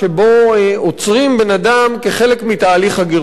עוצרים בן-אדם כחלק מתהליך הגירוש שלו.